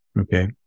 Okay